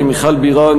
מיכל בירן,